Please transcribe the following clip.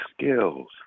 skills